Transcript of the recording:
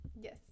Yes